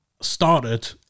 started